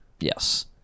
Yes